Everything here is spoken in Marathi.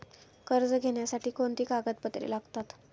कर्ज घेण्यासाठी कोणती कागदपत्रे लागतात?